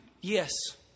yes